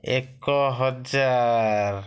ଏକ ହଜାର